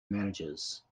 managers